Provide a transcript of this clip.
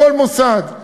בכל מוסד,